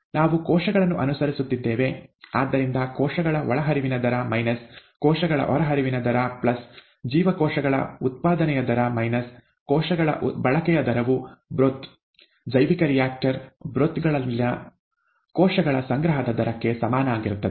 ನಾವು ಕೋಶಗಳನ್ನು ಅನುಸರಿಸುತ್ತಿದ್ದೇವೆ ಆದ್ದರಿಂದ ಕೋಶಗಳ ಒಳಹರಿವಿನ ದರ ಮೈನಸ್ ಕೋಶಗಳ ಹೊರಹರಿವಿನ ದರ ಪ್ಲಸ್ ಜೀವಕೋಶಗಳ ಉತ್ಪಾದನೆಯ ದರ ಮೈನಸ್ ಕೋಶಗಳ ಬಳಕೆಯ ದರವು ಬ್ರೊಥ್ ಜೈವಿಕ ರಿಯಾಕ್ಟರ್ ಬ್ರೊಥ್ ಗಳಲ್ಲಿನ ಕೋಶಗಳ ಸಂಗ್ರಹದ ದರಕ್ಕೆ ಸಮನಾಗಿರುತ್ತದೆ